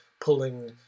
pulling